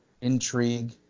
Intrigue